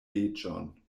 leĝon